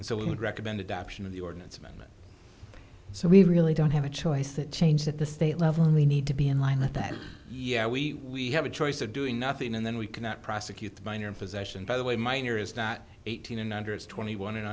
and so we would recommend adoption of the ordinance amendment so we really don't have a choice that changed at the state level and we need to be in line with that yeah we have a choice of doing nothing and then we cannot prosecute the minor in possession by the way minor is not eighteen and under is twenty one and